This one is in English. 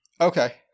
Okay